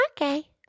Okay